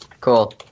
Cool